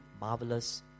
marvelous